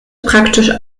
praktisch